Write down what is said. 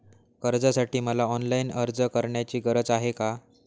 कर्जासाठी मला ऑनलाईन अर्ज करण्याची गरज आहे का?